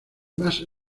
más